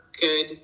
good